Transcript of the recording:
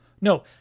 no